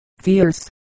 fierce